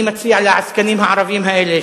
אני מציע לעסקנים הערבים האלה,